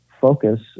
focus